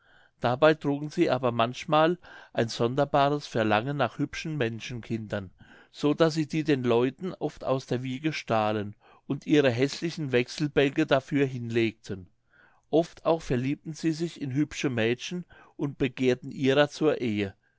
dabei trugen sie aber manchmal ein sonderbares verlangen nach hübschen menschenkindern so daß sie die den leuten oft aus der wiege stahlen und ihre häßlichen wechselbälge dafür hinlegten oft auch verliebten sie sich in hübsche mädchen und begehrten ihrer zur ehe